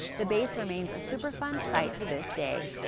the base remains a superfund site to this day.